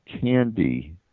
candy